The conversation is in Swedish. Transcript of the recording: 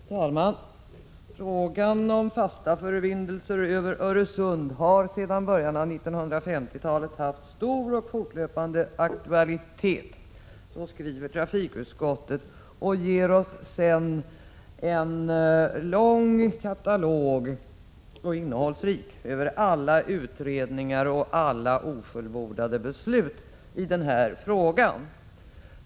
Herr talman! ”Frågan om fasta förbindelser över Öresund har sedan början av 1950-talet haft stor och fortlöpande aktualitet”, skriver trafikutskottet och ger oss sedan en lång och innehållsrik katalog över alla utredningar och alla ofullbordade beslut i frågan.